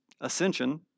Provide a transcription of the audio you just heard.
ascension